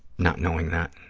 not knowing that